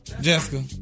Jessica